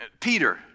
Peter